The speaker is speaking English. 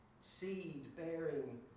seed-bearing